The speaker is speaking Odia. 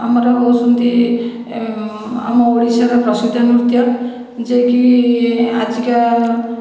ଆମର ହେଉଛନ୍ତି ଆମ ଓଡ଼ିଶାର ପ୍ରସିଦ୍ଧ ନୃତ୍ୟ ଯିଏକି ଆଜିକା